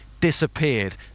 disappeared